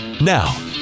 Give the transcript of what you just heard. Now